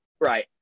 Right